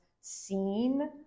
seen